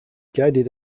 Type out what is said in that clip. guided